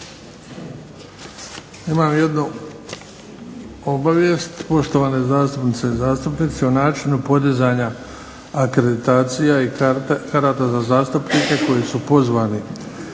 Imam jednu obavijest, poštovane zastupnice i zastupnici, o načinu podizanja akreditacija i karata za zastupnike koji su pozvani